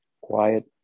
quiet